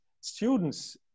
students